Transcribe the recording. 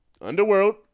Underworld